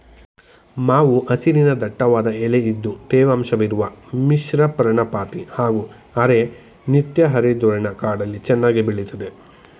ಮಾವು ಹಸಿರಿನ ದಟ್ಟವಾದ ಎಲೆ ಇದ್ದು ತೇವಾಂಶವಿರುವ ಮಿಶ್ರಪರ್ಣಪಾತಿ ಹಾಗೂ ಅರೆ ನಿತ್ಯಹರಿದ್ವರ್ಣ ಕಾಡಲ್ಲಿ ಚೆನ್ನಾಗಿ ಬೆಳಿತದೆ